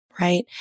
right